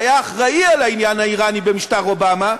שהיה אחראי על העניין האיראני במשטר אובמה,